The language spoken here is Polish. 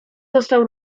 został